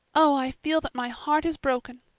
oh, i feel that my heart is broken.